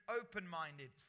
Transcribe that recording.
open-minded